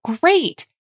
great